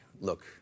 look